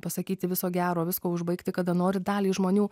pasakyti viso gero viską užbaigti kada nors dalį žmonių